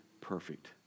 perfect